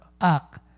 act